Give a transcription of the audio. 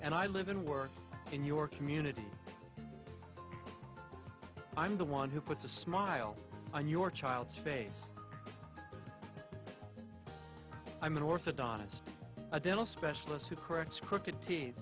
and i live and work in your community i'm the one who puts a smile on your child's face i'm an orthodontist a dental specialist who corrects crooked teeth